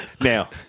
Now